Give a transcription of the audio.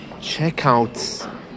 checkouts